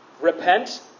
repent